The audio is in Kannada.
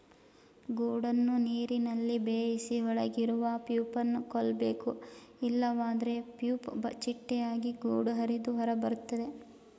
ಗೂಡನ್ನು ನೀರಲ್ಲಿ ಬೇಯಿಸಿ ಒಳಗಿರುವ ಪ್ಯೂಪನ ಕೊಲ್ಬೇಕು ಇಲ್ವಾದ್ರೆ ಪ್ಯೂಪ ಚಿಟ್ಟೆಯಾಗಿ ಗೂಡು ಹರಿದು ಹೊರಬರ್ತದೆ